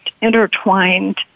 intertwined